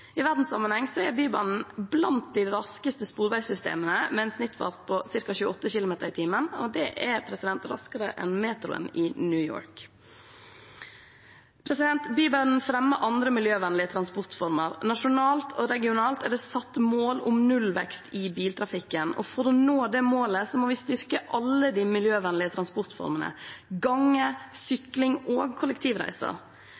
I verdenssammenheng er Bybanen blant de raskeste sporveissystemene, med en snittfart på ca. 28 km/t. Det er raskere enn metroen i New York. Bybanen fremmer andre miljøvennlige transportformer. Nasjonalt og regionalt er det satt mål om nullvekst i biltrafikken. For å nå det målet må vi styrke alle de miljøvennlige transportformene